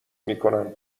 میکنند